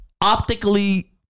optically